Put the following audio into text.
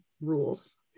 rules